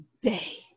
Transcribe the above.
day